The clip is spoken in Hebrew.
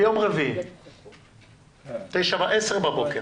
ביום רביעי, בשעה עשר בבוקר,